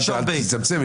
אל תצמצם,